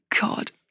god